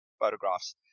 photographs